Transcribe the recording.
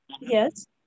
Yes